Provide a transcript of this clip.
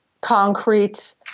concrete